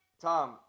Tom